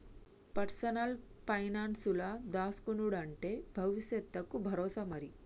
personal పైనాన్సుల దాస్కునుడంటే బవుసెత్తకు బరోసా మరి